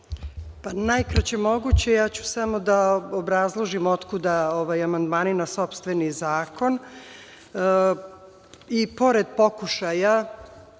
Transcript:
U najkraćem moguće, ja ću samo da obrazložim otkud amandmani na sopstveni zakon, i pored pokušaja